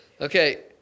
Okay